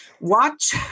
Watch